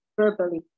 verbally